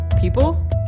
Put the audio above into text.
people